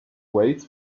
weights